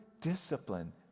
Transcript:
discipline